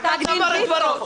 פסק דין ויצו.